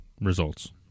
results